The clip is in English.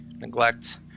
neglect